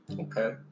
Okay